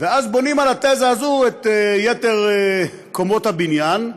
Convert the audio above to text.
ואז בונים על התזה הזאת את יתר קומות הבניין,